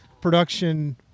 production